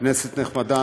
כנסת נכבדה,